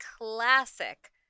classic